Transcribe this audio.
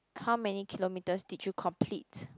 how many kilometers did you complete